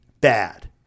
bad